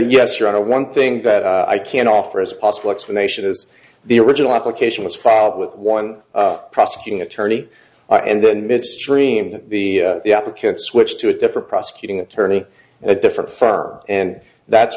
yes you're on a one thing that i can offer as a possible explanation is the original application was filed with one prosecuting attorney and then midstream that the the applicant switched to a different prosecuting attorney in a different firm and that's